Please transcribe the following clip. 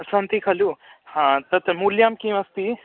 सन्ति खलु हा तत् मूल्यं किमस्ति